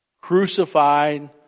crucified